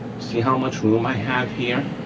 see how much room i have here.